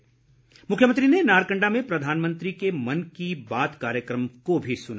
इससे पहले मुख्यमंत्री ने नारकंडा में प्रधानमंत्री के मन की बात कार्यक्रम को सुना